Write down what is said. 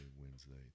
Wednesday